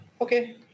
Okay